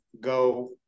go